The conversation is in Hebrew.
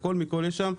הכל מכל יש שם.